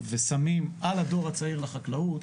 ושמים על הדור הצעיר לחקלאות,